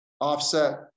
offset